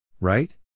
Right